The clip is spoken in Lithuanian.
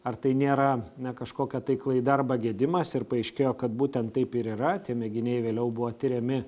ar tai nėra na kažkokia klaida arba gedimas ir paaiškėjo kad būtent taip ir yra tie mėginiai vėliau buvo tiriami